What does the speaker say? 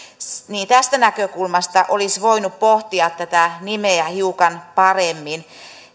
niin tästä näkökulmasta olisi voinut pohtia tätä nimeä hiukan paremmin